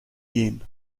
gehen